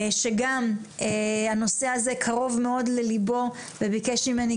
שגם הנושא הזה קרוב מאוד לליבו וביקש ממני